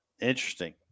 Interesting